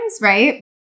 right